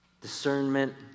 discernment